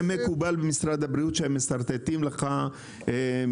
מקובל שמשרד הבריאות משרטט את המבנה,